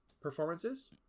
performances